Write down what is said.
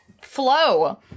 flow